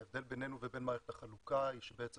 ההבדל בינינו לבין מערכת החלוקה שאנחנו